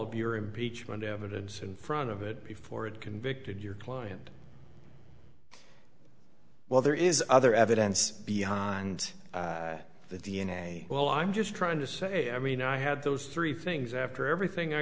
of your impeachment evidence in front of it before it convicted your client well there is other evidence beyond the d n a well i'm just trying to say i mean i had those three things after everything i